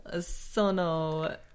Sono